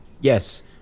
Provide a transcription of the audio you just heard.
Yes